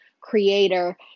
Creator